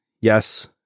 yes